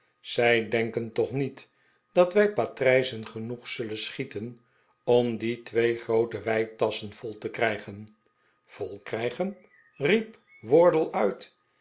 zij denken toch niet dat wij patrijzen genoeg zullen schieten om die twee groote weitasschen vol te krijgen vol krijgen riep wardle uit